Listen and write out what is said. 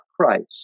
Christ